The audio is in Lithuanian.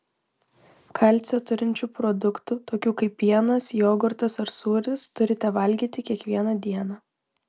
kalcio turinčių produktų tokių kaip pienas jogurtas ar sūris turite valgyti kiekvieną dieną